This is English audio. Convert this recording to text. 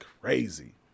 crazy